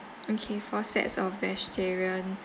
okay four sets of vegetarian